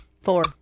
four